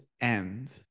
end